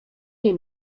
nie